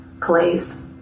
plays